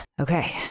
Okay